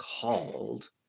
called